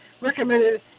recommended